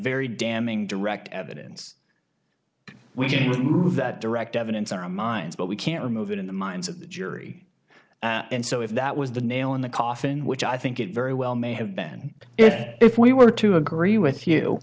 very damning direct evidence we can move that direct evidence in our minds but we can't remove it in the minds of the jury and so if that was the nail in the coffin which i think it very well may have been if if we were to agree with you